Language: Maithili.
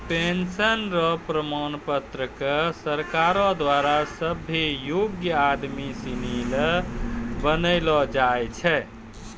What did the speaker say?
पेंशन र प्रमाण पत्र क सरकारो द्वारा सभ्भे योग्य आदमी सिनी ल बनैलो जाय छै